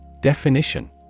Definition